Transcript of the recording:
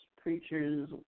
preachers